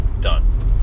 done